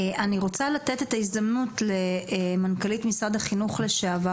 אני רוצה לתת את ההזדמנות למנכ"לית משרד החינוך לשעבר,